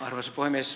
arvoisa puhemies